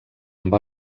amb